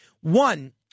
One